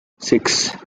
six